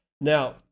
Now